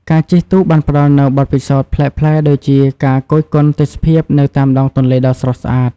ការជិះទូកបានផ្តល់នូវបទពិសោធន៍ប្លែកៗដូចជាការគយគន់ទេសភាពនៅតាមដងទន្លេដ៏ស្រស់ស្អាត។